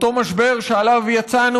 אותו משבר שעליו יצאנו,